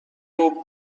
ربع